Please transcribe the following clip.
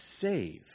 save